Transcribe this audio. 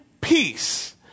peace